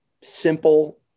simple